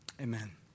Amen